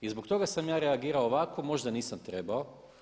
I zbog toga sam ja reagirao ovako, možda nisam trebao.